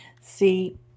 See